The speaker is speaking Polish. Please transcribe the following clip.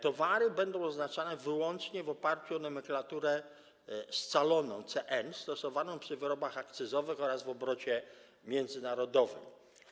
Towary będą oznaczane wyłącznie w oparciu o nomenklaturę scaloną CM stosowaną przy wyrobach akcyzowych oraz w obrocie międzynarodowym.